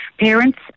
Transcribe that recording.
parents